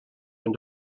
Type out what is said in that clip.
been